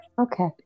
okay